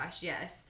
yes